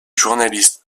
journaliste